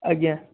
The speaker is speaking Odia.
ଆଜ୍ଞା